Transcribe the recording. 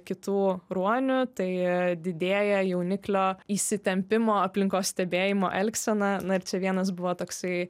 kitų ruonių tai didėja jauniklio įsitempimo aplinkos stebėjimo elgsena na ir čia vienas buvo toksai